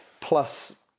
plus